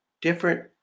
different